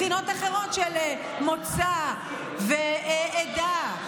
של מוצא ועדה,